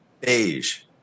Beige